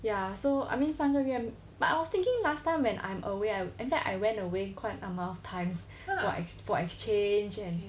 ya so I mean 三个月 but I was thinking last time when I'm away I in fact I went away quite amount of times for exchange and